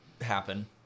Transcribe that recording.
happen